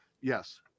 Yes